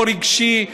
לא רגשי,